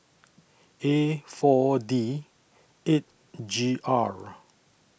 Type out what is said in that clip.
A four D eight G R